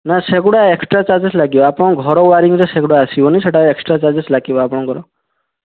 ନା ସେଗୁଡ଼ା extra charges ଲାଗିବ ଆପଣଙ୍କ ଘର ୱାରିଂରେ ସେଗୁଡ଼ା ଆସିବନି ସେଇଟା ଏକ୍ସଟ୍ରା ଚାର୍ଜେସ୍ ଲାଗିବ ଆପଣଙ୍କର